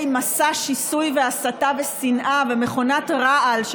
מסע שיסוי והסתה ושנאה ומכונת רעל,